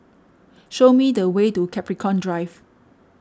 show me the way to Capricorn Drive